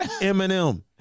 Eminem